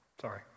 Sorry